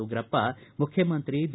ಉಗ್ರಪ್ಪ ಮುಖ್ಯಮಂತ್ರಿ ಬಿ